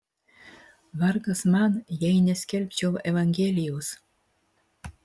vargas man jei neskelbčiau evangelijos